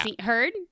heard